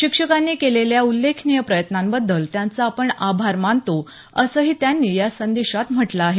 शिक्षकांनी केलेल्या उल्लेखनीय प्रयत्नांबद्दल त्यांचं आपण आभार मानतो असंही त्यांनी या संदेशात म्हटलं आहे